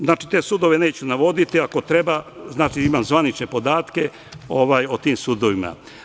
Znači, te sudove neću navoditi, ako treba imam zvanične podatke o tim sudovima.